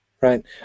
right